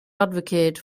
advocate